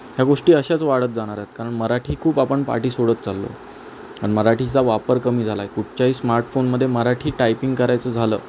ह्या गोष्टी अशाच वाढत जाणार आहेत कारण मराठी खूप आपण पाठी सोडत चाललो मराठीचा वापर कमी झाला आहे कुठच्याही स्माट फोनमध्ये मराठी टायपिंग करायचं झालं